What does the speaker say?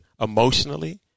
emotionally